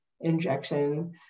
injection